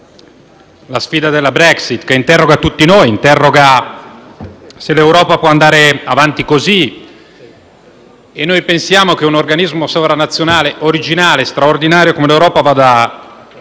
alla sfida della Brexit, che spinge tutti noi a chiederci se l'Europa possa andare avanti così. Noi pensiamo che un organismo sovranazionale, originale e straordinario come l'Europa vada